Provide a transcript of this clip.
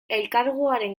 elkargoaren